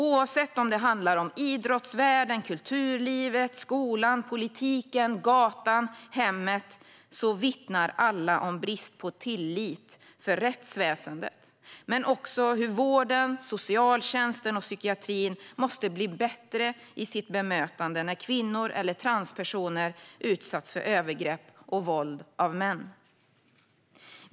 Oavsett om det handlar om idrottsvärlden, kulturlivet, skolan, politiken, gatan eller hemmet så vittnar alla om brist på tillit för rättsväsendet, men också hur vården, socialtjänsten och psykiatrin måste bli bättre i sitt bemötande när kvinnor eller transpersoner utsatts för övergrepp och våld av män.